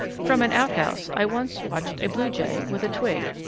from an outhouse i once watched a blue jay, with a twig,